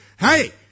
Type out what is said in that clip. hey